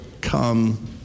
come